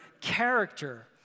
character